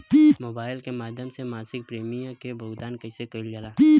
Mobile के माध्यम से मासिक प्रीमियम के भुगतान कैसे कइल जाला?